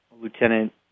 Lieutenant